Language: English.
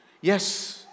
Yes